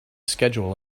schedule